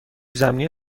زمینی